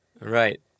Right